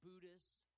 Buddhists